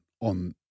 On